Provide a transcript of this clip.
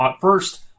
first